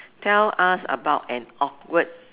tell us about an awkward